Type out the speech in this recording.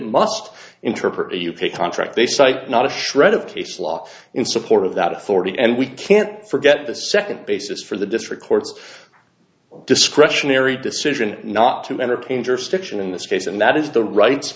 must interpret a u k contract they cite not a shred of case law in support of that authority and we can't forget the second basis for the district courts discretionary decision not to entertain jurisdiction in this case and that is the rights